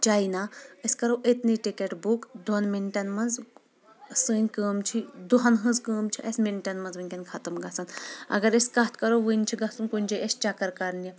China أسۍ کرو أتۍ نٕے ٹکٹ بُک دۄن منٹن منٛز سٲنۍ کٲم چھِ دۄہن ہٕنٛز کٲم چھِ اسہِ منٹن منٛز ؤنکیٚن ختٕم گژھن اگر أسۍ کتھ کرو وُنۍ چھُ گژھُن کُنۍ جایہِ اسہِ چکر کرنہِ